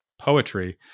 poetry